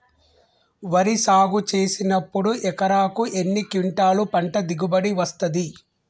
వరి సాగు చేసినప్పుడు ఎకరాకు ఎన్ని క్వింటాలు పంట దిగుబడి వస్తది?